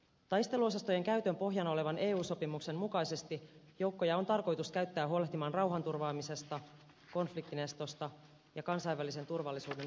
taisteluosastojen käytön pohjana olevan eu sopimuksen mukaisesti joukkoja on tarkoitus käyttää huolehtimaan rauhanturvaamisesta konf liktinestosta ja kansainvälisen turvallisuuden lujittamisesta